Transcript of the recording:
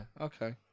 Okay